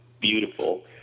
beautiful